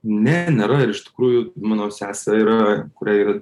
ne nėra iš tikrųjų mano sesė yra kuriai yra